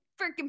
freaking